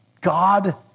God